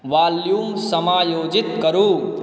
volume समायोजित करू